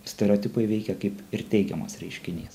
stereotipai veikia kaip ir teigiamas reiškinys